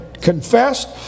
confessed